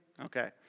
Okay